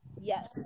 Yes